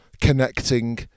connecting